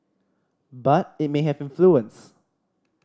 but it may have influence